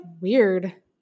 weird